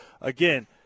Again